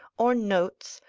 or notes,